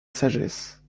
sagesse